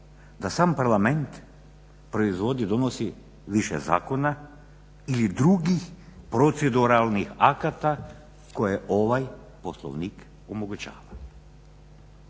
da sam Parlament proizvodi, donosi više zakona ili drugim proceduralnih akata koje ovaj Poslovnik omogućava.